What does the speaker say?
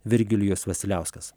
virgilijus vasiliauskas